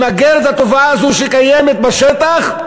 למגר את התופעה הזאת שקיימת בשטח,